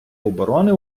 оборони